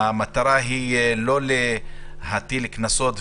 המטרה היא לא להטיל קנסות,